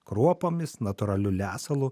kruopomis natūraliu lesalu